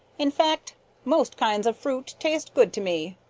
in fact most kinds of fruit taste good to me,